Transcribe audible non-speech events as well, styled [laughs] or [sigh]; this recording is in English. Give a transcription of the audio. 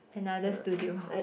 another studio [laughs]